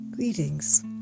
Greetings